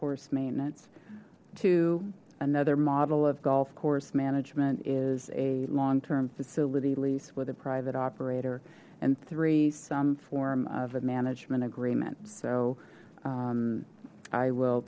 course maintenance to another model of golf course management is a long term facility lease with a private operator and three some form of a management agreement so i will